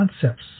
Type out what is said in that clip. concepts